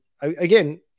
again